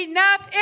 Enough